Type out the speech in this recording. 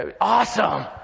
awesome